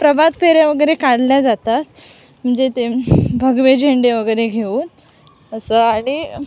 प्रभात फेऱ्या वगैरे काढल्या जातात म्हणजे ते भगवे झेंडे वगैरे घेऊन असं आणि